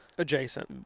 Adjacent